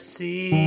see